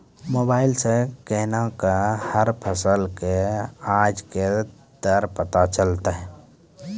Mobile सऽ केना कऽ हर फसल कऽ आज के आज दर पता चलतै?